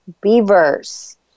beavers